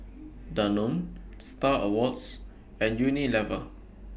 Danone STAR Awards and Unilever